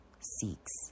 seeks